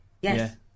Yes